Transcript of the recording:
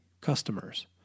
customers